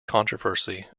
controversy